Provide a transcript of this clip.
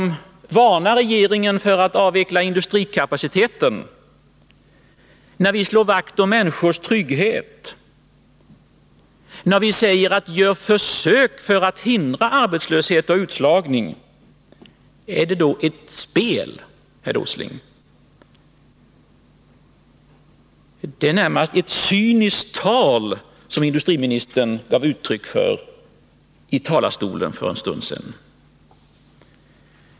När vi varnar regeringen för att avveckla industrikapaciteten, när vi slår vakt om människors trygghet, när vi säger ”gör försök att hindra arbetslöshet och utslagning” — är det då detta ni kallar för ett spel, herr Åsling? Det är närmast cynism som industriministern gav uttryck för i talarstolen för en stund sedan.